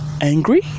angry